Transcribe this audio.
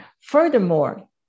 furthermore